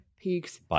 Peaks